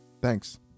Thanks